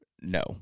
No